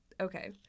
Okay